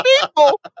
people